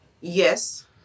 Yes